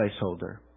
placeholder